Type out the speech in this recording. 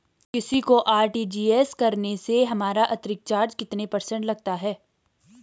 किसी को आर.टी.जी.एस करने से हमारा अतिरिक्त चार्ज कितने प्रतिशत लगता है?